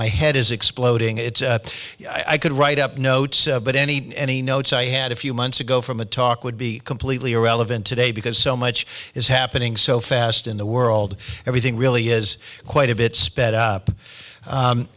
my head is exploding it's i could write up notes but any any notes i had a few months ago from a talk would be completely irrelevant today because so much is happening so fast in the world everything really is quite a bit sped up u